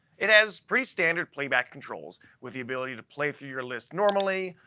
it has pretty standard playback controls, with the ability to play through your list normally,